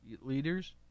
leaders